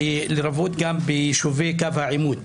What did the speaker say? לרבות גם ביישובי קו העימות,